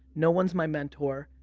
no one's my mentor,